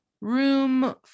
room